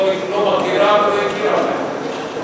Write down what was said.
מערכת החינוך לא מכירה ולא הכירה בהם.